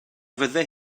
fyddai